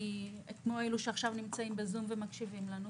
כמו אלה שנמצאים עכשיו בזום ומקשיבים לנו,